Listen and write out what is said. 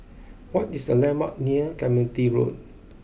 what is the landmarks near Clementi Road